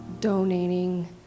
donating